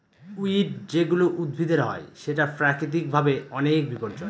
weed যেগুলা উদ্ভিদের হয় সেটা প্রাকৃতিক ভাবে অনেক বিপর্যই